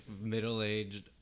middle-aged